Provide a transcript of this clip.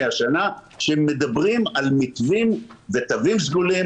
השנה שמדברים על מתווים ותווים סגולים,